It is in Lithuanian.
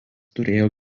turėjo